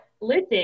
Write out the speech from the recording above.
listen